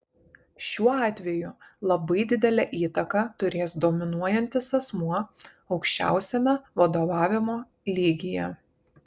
šiuo atveju labai didelę įtaką turės dominuojantis asmuo aukščiausiame vadovavimo lygyje